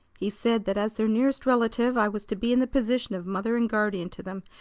he said that as their nearest relative i was to be in the position of mother and guardian to them,